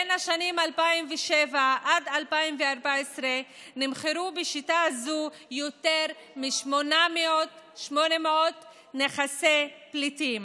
בשנים 2007 עד 2014 נמכרו בשיטה הזו יותר מ-800 נכסי פליטים.